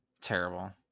Terrible